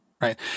right